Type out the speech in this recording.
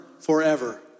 forever